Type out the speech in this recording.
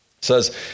says